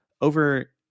over